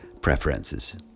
preferences